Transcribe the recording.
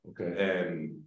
Okay